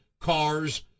cars